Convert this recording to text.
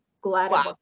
glad